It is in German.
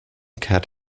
kehrt